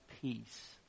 peace